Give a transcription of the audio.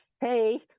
hey